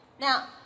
Now